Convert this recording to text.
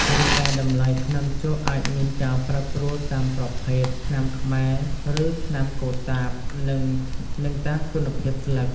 រីឯតម្លៃថ្នាំជក់អាចមានការប្រែប្រួលតាមប្រភេទ ថ្នាំខ្មែរ ឬថ្នាំកូតាប និងតាមគុណភាពស្លឹក។